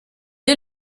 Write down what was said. est